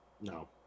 No